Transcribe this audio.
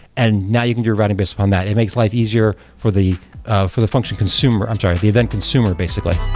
and now you can do routing based upon that. it makes life easier for the ah for the function consumer, i'm sorry, the event consumer basically